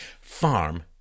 farm